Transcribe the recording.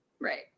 Right